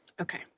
Okay